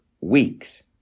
weeks